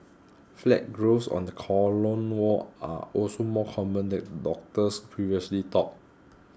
flat growths on the colon wall are also more common than doctors previously thought